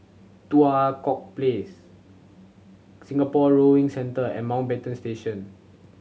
Tua Kong Place Singapore Rowing Centre and Mountbatten Station